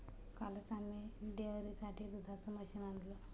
कालच आम्ही डेअरीसाठी दुधाचं मशीन आणलं